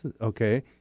Okay